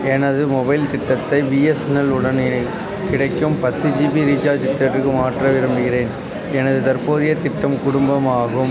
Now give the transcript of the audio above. எனது மொபைல் திட்டத்தை பிஎஸ்என்எல் உடன் கிடை கிடைக்கும் பத்து ஜிபி ரீசார்ஜ் திட்டத்திற்கு மாற்ற விரும்புகிறேன் எனது தற்போதைய திட்டம் குடும்பம் ஆகும்